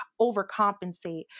overcompensate